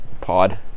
pod